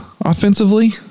offensively